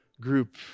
group